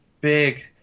big